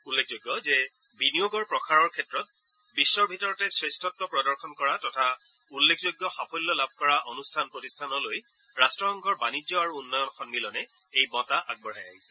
উল্লেখযোগ্য যে বিনিয়োগৰ প্ৰসাৰৰ ক্ষেত্ৰত বিশ্বৰ ভিতৰতে শ্ৰেষ্ঠত্ব প্ৰদৰ্শন কৰা তথা উল্লেখযোগ্য সাফল্য লাভ কৰা অনুষ্ঠান প্ৰতিষ্ঠানলৈ ৰাষ্ট্ৰসংঘৰ বাণিজ্য আৰু উন্নয়ন সন্মিলনে এই বঁটা আগবঢ়াই আহিছে